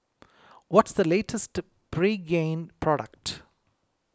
what is the latest Pregain product